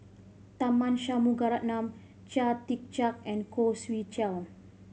Tharman Shanmugaratnam Chia Tee Chiak and Khoo Swee Chiow